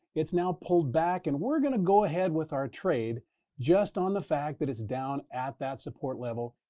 it's now pulled back. and we're going to go ahead with our trade just on the fact that it's down at that support level,